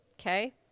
Okay